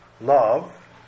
love